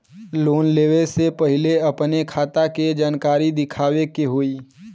Loan लेवे से पहिले अपने खाता के जानकारी दिखावे के होई?